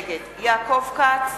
נגד יעקב כץ,